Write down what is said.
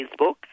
Facebook